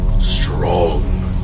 strong